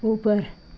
ऊपर